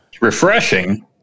Refreshing